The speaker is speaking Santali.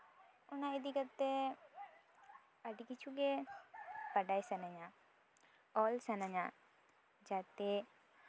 ᱚᱱᱟ ᱤᱫᱤ ᱠᱟᱛᱮᱜ ᱟᱹᱰᱤ ᱠᱤᱪᱷᱩ ᱜᱮ ᱵᱟᱰᱟᱭ ᱥᱟᱱᱟᱧᱟ ᱚᱞ ᱥᱟᱱᱟᱧᱟ ᱡᱟᱛᱮ